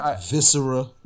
Viscera